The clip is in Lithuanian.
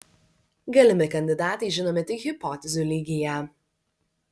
galimi kandidatai žinomi tik hipotezių lygyje